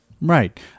Right